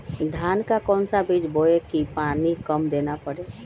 धान का कौन सा बीज बोय की पानी कम देना परे?